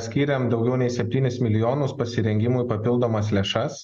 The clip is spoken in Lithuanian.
skyrėme daugiau nei septynis milijonus pasirengimui papildomas lėšas